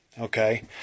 okay